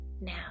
now